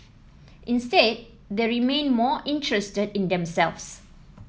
instead they remained more interested in themselves